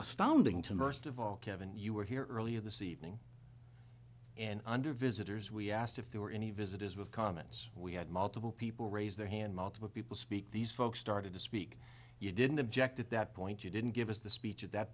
astounding to nurse deval kevin you were here earlier this evening and under visitors we asked if there were any visitors with comments we had multiple people raise their hand multiple people speak these folks started to speak you didn't object at that point you didn't give us the speech at that